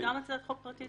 הצבעה בעד,